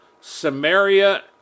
Samaria